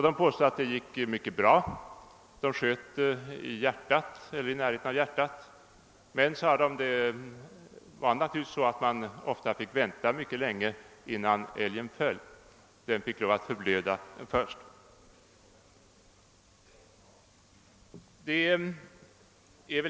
De påstod att det gick mycket bra; de sköt i eller i närheten av hjärtat. Men, sade de, man fick naturligtvis ofta vänta länge innan älgen föll — den fick förblöda först.